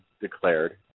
declared